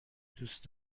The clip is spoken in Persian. دوست